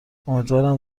امیدوارم